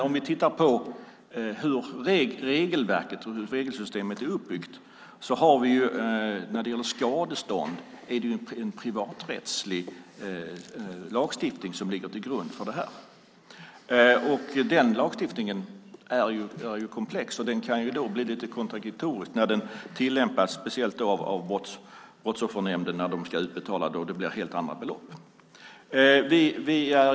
Om vi tittar på hur regelverket och regelsystemet är uppbyggt ser vi att det när det gäller skadestånd är en privaträttslig lagstiftning som ligger till grund för det här. Den lagstiftningen är komplex, och den kan då bli lite kontradiktorisk när den tillämpas, speciellt när Brottsoffernämnden ska utbetala och det blir helt andra belopp.